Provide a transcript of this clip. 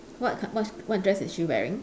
what what what dress is she wearing